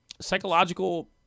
psychological